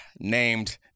named